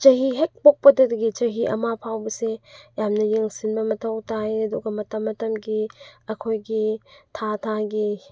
ꯆꯍꯤ ꯍꯦꯛ ꯄꯣꯛꯄꯗꯒꯤ ꯆꯍꯤ ꯑꯃ ꯐꯥꯎꯕꯁꯦ ꯌꯥꯝꯅ ꯌꯦꯡꯁꯤꯟꯕ ꯃꯊꯧ ꯇꯥꯏ ꯑꯗꯨꯒ ꯃꯇꯝ ꯃꯇꯝꯒꯤ ꯑꯩꯈꯣꯏꯒꯤ ꯊꯥ ꯊꯥꯒꯤ